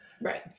Right